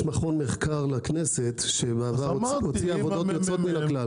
מכון מחקר לכנסת שמוציא עבודות יוצאות מן הכלל.